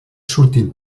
surtin